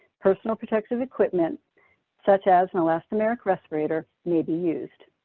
personal protective equipment such as an elastomeric respirator may be used.